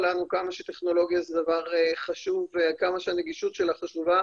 לנו כמה שטכנולוגיה זה דבר חשוב וכמה שהנגישות שלה חשובה